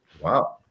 Wow